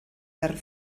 verd